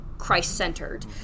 christ-centered